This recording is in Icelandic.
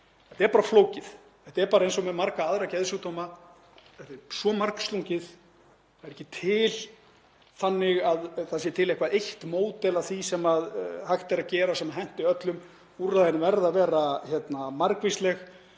Þetta er bara flókið. Þetta er bara eins og með marga aðra geðsjúkdóma. Þetta er svo margslungið, það er ekki þannig að til sé eitthvert eitt módel af því sem hægt er að gera sem henti öllum. Úrræðin verða að vera margvísleg